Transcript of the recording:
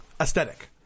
aesthetic